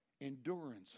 endurance